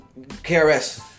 KRS